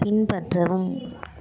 பின்பற்றவும்